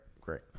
Great